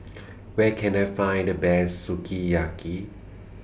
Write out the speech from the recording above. Where Can I Find The Best Sukiyaki